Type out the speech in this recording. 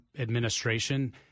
administration